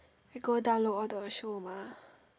we go download all the show mah